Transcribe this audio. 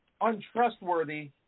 untrustworthy